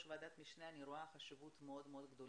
ועדת משנה אני רואה חשיבות מאוד גדולה.